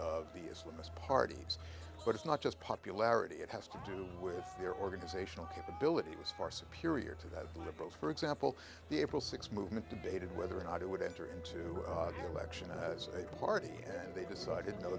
the islamist parties but it's not just popularity it has to do with their organizational capability was far superior to that liberals for example the april sixth movement debated whether or not it would enter into the election as a party and they decided no